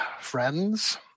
friends